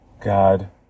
God